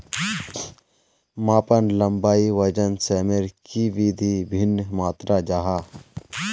मापन लंबाई वजन सयमेर की वि भिन्न मात्र जाहा?